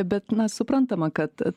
bet na suprantama kad